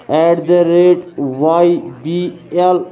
at the rate Y B L